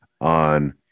on